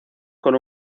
con